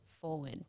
forward